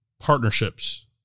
partnerships